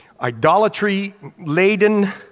idolatry-laden